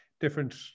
different